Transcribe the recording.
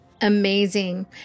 Amazing